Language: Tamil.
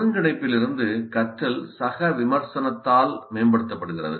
ஒருங்கிணைப்பிலிருந்து கற்றல் சக விமர்சனத்தால் மேம்படுத்தப்படுகிறது